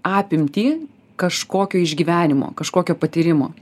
apimtį kažkokio išgyvenimo kažkokio patyrimo